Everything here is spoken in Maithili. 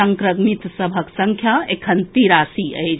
संक्रमित सभक संख्या एखन तिरासी अछि